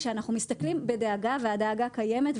כשאנחנו מסתכלים בדאגה והדאגה קיימת,